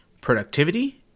productivity